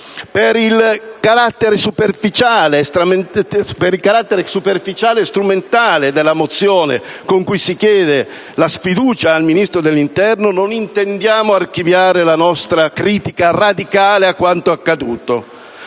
per il carattere superficiale e strumentale della mozione con cui si chiede la sfiducia al Ministro dell'interno, non intendiamo archiviare la nostra critica radicale a quanto accaduto.